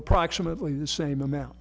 approximately the same amount